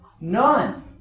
None